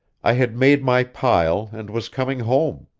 i had made my pile and was coming home.